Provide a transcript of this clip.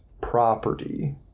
property